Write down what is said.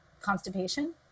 constipation